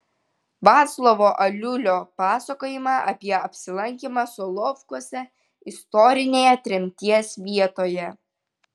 vaclovo aliulio pasakojimą apie apsilankymą solovkuose istorinėje tremties vietoje